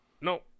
no